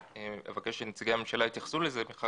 אבקש שנציגי הממשלה יתייחסו לזה מכיוון